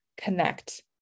connect